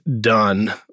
done